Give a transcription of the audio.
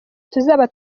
tuzaba